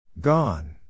Gone